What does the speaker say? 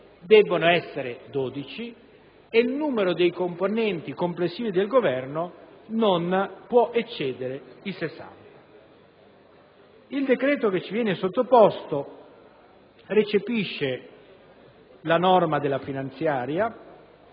debbono essere 12 e il numero dei componenti complessivi del Governo non può eccedere le 60 unità. Il decreto che ci viene sottoposto recepisce la norma della finanziaria